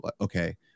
okay